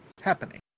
happening